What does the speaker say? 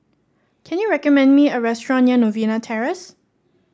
can you recommend me a restaurant near Novena Terrace